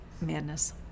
madness